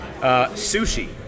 Sushi